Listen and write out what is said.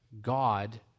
God